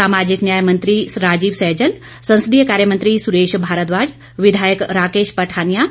सामाजिक न्याय मंत्री राजीव सहजल संसदीय कार्यमंत्री सुरेश भारद्वाज विधायक राकेश पठानिया